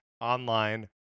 online